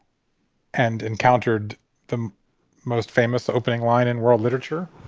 and encountered the most famous opening line in world literature.